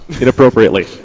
Inappropriately